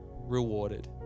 rewarded